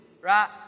Right